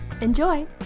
Enjoy